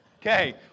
Okay